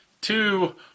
two